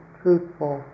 truthful